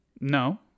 No